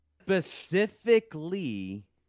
specifically